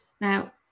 Now